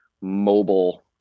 mobile